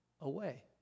away